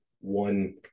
one